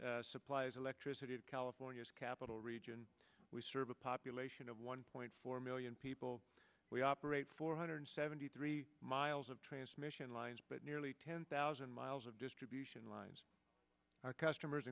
supplies electricity to california's capital region we serve a population of one point four million people we operate four hundred seventy three miles of transmission lines but nearly ten thousand miles of distribution lines our customers